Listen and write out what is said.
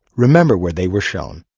remember where they were shown.